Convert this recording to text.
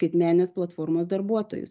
skaitmenės platformos darbuotojus